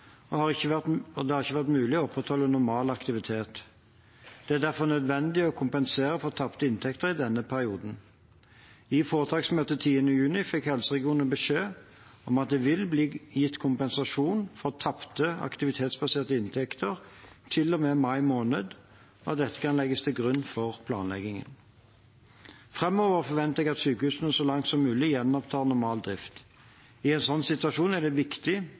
og det har ikke vært mulig å opprettholde normal aktivitet. Det er derfor nødvendig å kompensere for tapte inntekter i denne perioden. I foretaksmøtet 10. juni fikk helseregionene beskjed om at det vil bli gitt kompensasjon for tapte aktivitetsbaserte inntekter til og med mai måned, og at dette kan legges til grunn for planleggingen. Framover forventer jeg at sykehusene så langt som mulig gjenopptar normal drift. I en sånn situasjon er det viktig